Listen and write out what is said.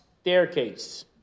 Staircase